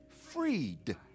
freed